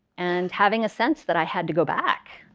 and having a sense that i had to go back.